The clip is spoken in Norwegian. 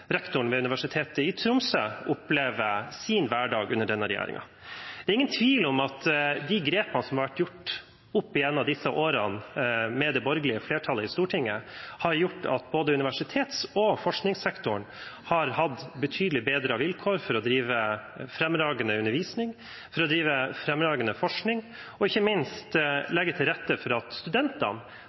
rektoren ved Universitetet i Tromsø opplever sin hverdag under denne regjeringen. Det er ingen tvil om at de grepene som har vært tatt opp gjennom årene med borgerlig flertall i Stortinget, har gjort at både universitets- og forskningssektoren har hatt betydelig bedrede vilkår for å drive fremragende undervisning, for å drive fremragende forskning og ikke minst for å legge til rette for at studentene